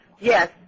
Yes